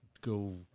go